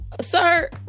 sir